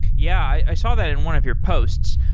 yeah, i saw that in one of your posts.